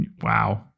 Wow